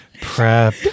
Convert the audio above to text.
prep